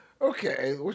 Okay